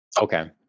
Okay